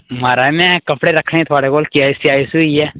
महाराज मै कपड़े रक्खने थोआढ़े कोल केह् सेआई सुई ऐ